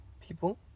people